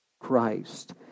Christ